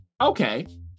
Okay